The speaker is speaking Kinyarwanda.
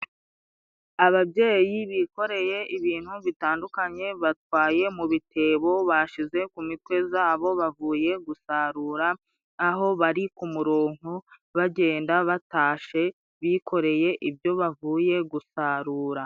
Ababyeyi bikoreye ibintu bitandukanye，batwaye mu bitebo， bashyize ku mitwe zabo， bavuye gusarura，aho bari ku muronko bagenda，batashe bikoreye ibyo bavuye gusarura.